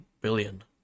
billion